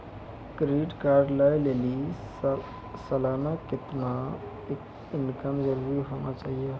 Credit card लय लेली सालाना कितना इनकम जरूरी होना चहियों?